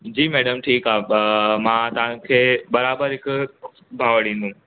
जी madam ठीक आ अ मां तांखे बराबर हिकु भाव ॾींदुमि